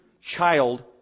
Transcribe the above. child